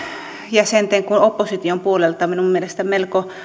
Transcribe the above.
jäsenten kuin opposition puolelta minun mielestäni melko